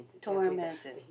Tormented